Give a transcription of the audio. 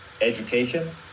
education